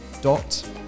dot